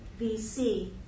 vc